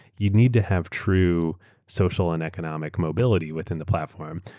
you need to have true social and economic mobility within the platform.